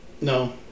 No